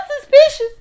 suspicious